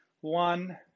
one